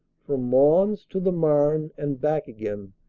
from mons to the marne and back again,